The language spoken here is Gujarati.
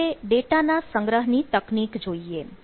હવે ડેટાના સંગ્રહની તકનીક જોઈએ